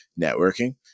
networking